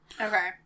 Okay